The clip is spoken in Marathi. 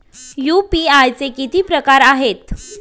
यू.पी.आय चे किती प्रकार आहेत?